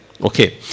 Okay